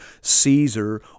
Caesar